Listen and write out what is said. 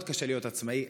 מאוד קשה להיות עצמאי,